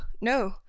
no